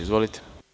Izvolite.